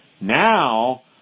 now